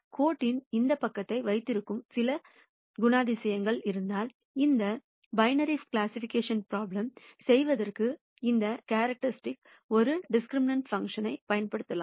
கோட்டின் இந்த பக்கத்தை வைத்திருக்கும் சில குணாதிசயங்கள் இருந்தால் இந்த பைனரி கிளாசிபிகேஷன் ப்ரோப்லம் செய்வதற்கு அந்த கேரக்டரிஸ்ட்டிக் ஒரு டிசிகிரிமினன்ட் பான்க்ஷன் பயன்படுத்தலாம்